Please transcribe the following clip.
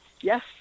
Yes